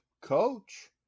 coach